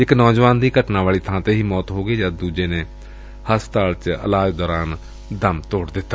ਇਕ ਨੌਜਵਾਨ ਦੀ ਘਟਨਾ ਵਾਲੀ ਬਾ ਡੇ ਹੀ ਮੌਤ ਹੋਂ ਗਈ ਜਦ ਕਿ ਦੁਜੇ ਨੇ ਹਸਪਤਾਲ ਚ ਇਲਾਜ ਦੌਰਾਨ ਦਮ ਤੋੜ ਦਿੱਤਾ